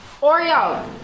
Oreo